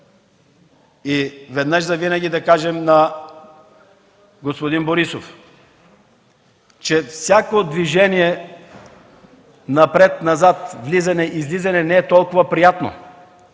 Веднъж завинаги трябва да кажем на господин Борисов, че всяко движение напред-назад, влизане-излизане не е толкова приятно.